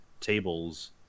tables